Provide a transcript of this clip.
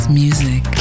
music